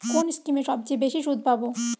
কোন স্কিমে সবচেয়ে বেশি সুদ পাব?